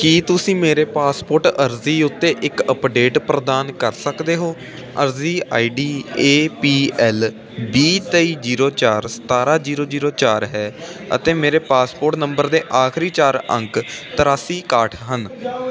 ਕੀ ਤੁਸੀਂ ਮੇਰੇ ਪਾਸਪੋਰਟ ਅਰਜ਼ੀ ਉੱਤੇ ਇੱਕ ਅੱਪਡੇਟ ਪ੍ਰਦਾਨ ਕਰ ਸਕਦੇ ਹੋ ਅਰਜ਼ੀ ਆਈਡੀ ਏਪੀਐਲ ਵੀਹ ਤੇਈ ਜੀਰੋ ਚਾਰ ਸਤਾਰਾਂ ਜੀਰੋ ਜੀਰੋ ਚਾਰ ਹੈ ਅਤੇ ਮੇਰੇ ਪਾਸਪੋਰਟ ਨੰਬਰ ਦੇ ਆਖਰੀ ਚਾਰ ਅੰਕ ਤਿਰਾਸੀ ਇਕਾਹਠ ਹਨ